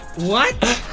what?